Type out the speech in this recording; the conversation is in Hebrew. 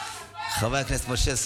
חבר הכנסת ואליד אלהואשלה,